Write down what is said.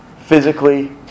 physically